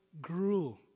grew